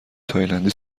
تایلندی